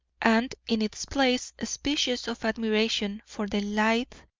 and in its place a species of admiration for the lithe,